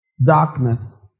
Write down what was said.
Darkness